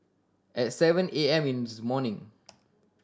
at seven A M in this morning